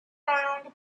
round